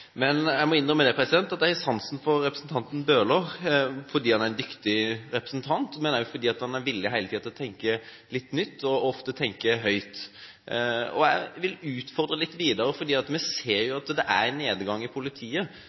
Men jeg må innrømme at jeg har sansen for representanten Bøhler, fordi han er en dyktig representant, men også fordi han hele tiden er villig til å tenke litt nytt og ofte tenke høyt. Jeg vil utfordre litt videre, for vi ser at det er en nedgang i politiet.